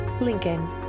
Lincoln